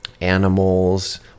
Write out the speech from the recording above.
animals